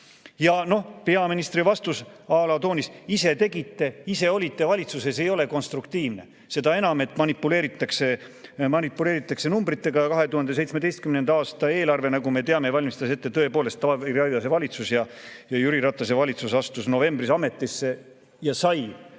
noh, peaministri vastusà la"ise tegite, ise olite valitsuses" ei ole konstruktiivne. Seda enam, et manipuleeritakse numbritega. 2017. aasta eelarve, nagu me teame, valmistas ette tõepoolest Taavi Rõivase valitsus. Jüri Ratase valitsus astus novembris ametisse ja sai,